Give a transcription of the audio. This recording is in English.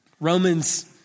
Romans